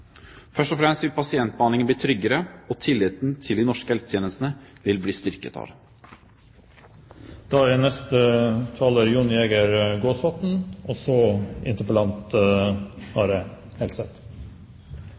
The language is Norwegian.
Først og fremst vil pasientbehandlingen bli tryggere, og tilliten til de norske helsetjenestene vil bli styrket av det. Det er